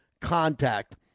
contact